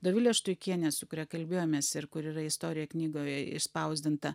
dovilė štuikienė su kuria kalbėjomės ir kur yra istorija knygoje išspausdinta